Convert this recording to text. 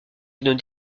une